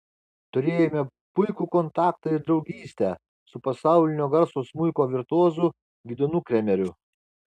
turėjome puikų kontaktą ir draugystę su pasaulinio garso smuiko virtuozu gidonu kremeriu